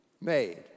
made